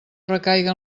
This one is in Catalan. recaiga